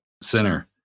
center